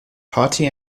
party